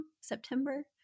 September